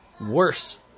worse